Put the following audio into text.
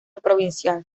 provincial